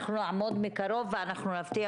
אנחנו נעמוד על זה מקרוב ונבטיח